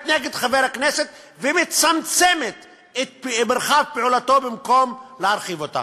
נגד חבר הכנסת ומצמצמת את מרחב פעולתו במקום להרחיב אותה.